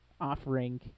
offering